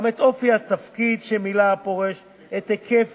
גם את אופי התפקיד שמילא הפורש, את היקף